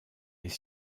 des